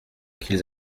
qu’ils